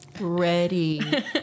Ready